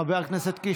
חבר הכנסת קיש,